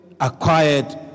acquired